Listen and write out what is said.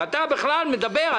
ואתה בכלל מדבר,